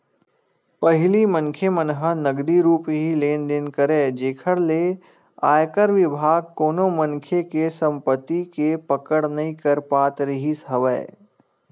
पहिली मनखे मन ह नगदी रुप ही लेन देन करय जेखर ले आयकर बिभाग कोनो मनखे के संपति के पकड़ नइ कर पात रिहिस हवय